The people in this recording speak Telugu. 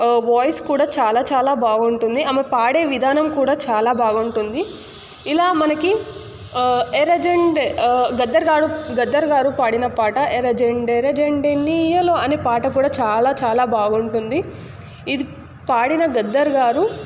వాయిస్ కూడా చాలా చాలా బాగుంటుంది ఆమె పాడే విధానం కూడా చాలా బాగుంటుంది ఇలా మనకి ఎర్రజెండ గద్దర్ గారు పాడిన పాట ఎర్రజెండ ఎర్రజెండ ఎన్నియ్యలో కూడా చాలా చాలా బాగుంటుంది ఇది పాడిన గద్దర్ గారు